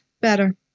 better